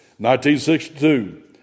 1962